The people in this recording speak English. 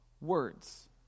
words